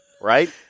right